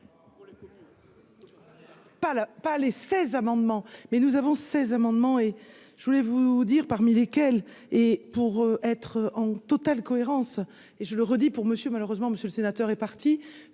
pas les 16 amendements, mais nous avons 16 amendements et je voulais vous dire parmi lesquels et pour être en totale cohérence et je le redis pour Monsieur malheureusement, Monsieur le Sénateur, est parti